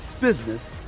business